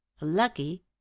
lucky